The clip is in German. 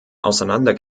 auseinander